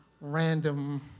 random